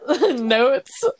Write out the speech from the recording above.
notes